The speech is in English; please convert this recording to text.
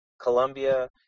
Colombia –